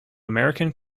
american